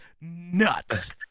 nuts